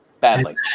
badly